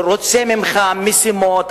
רוצה ממך משימות,